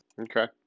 Okay